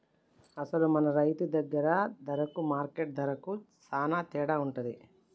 అసలు మన రైతు దగ్గర ధరకు మార్కెట్ ధరకు సాలా తేడా ఉంటుంది